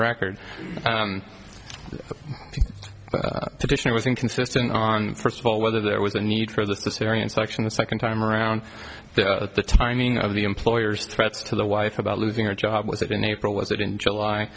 record i think it was inconsistent on first of all whether there was a need for the syrian section the second time around the timing of the employers threats to the wife about losing her job was it in april was it in july